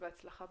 בהצלחה.